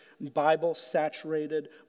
Bible-saturated